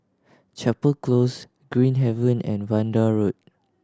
Chapel Close Green Haven and Vanda Road